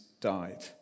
died